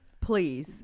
Please